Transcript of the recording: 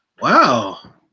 Wow